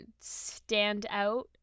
standout